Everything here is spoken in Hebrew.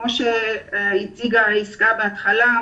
כמו שהציגה יסכה בהתחלה,